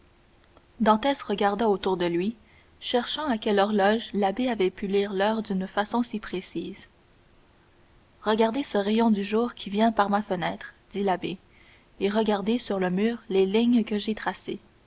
dantès regarda autour de lui cherchant à quelle horloge l'abbé avait pu lire l'heure d'une façon si précise regardez ce rayon du jour qui vient par ma fenêtre dit l'abbé et regardez sur le mur les lignes que j'ai tracées